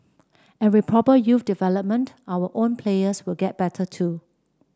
and with proper youth development our own players will get better too